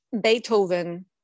Beethoven